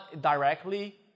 directly